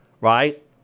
right